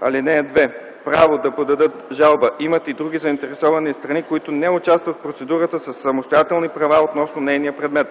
(2) Право да подадат жалба имат и други заинтересовани страни, които не участват в процедурата със самостоятелни права относно нейния предмет.